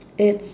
it's